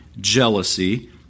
jealousy